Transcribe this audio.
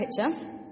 picture